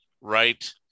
right